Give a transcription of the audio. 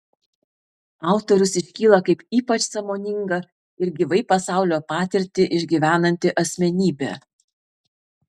autorius iškyla kaip ypač sąmoninga ir gyvai pasaulio patirtį išgyvenanti asmenybė